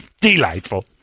delightful